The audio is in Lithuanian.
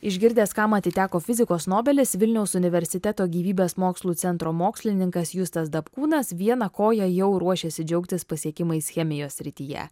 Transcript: išgirdęs kam atiteko fizikos nobelis vilniaus universiteto gyvybės mokslų centro mokslininkas justas dapkūnas vieną koją jau ruošiasi džiaugtis pasiekimais chemijos srityje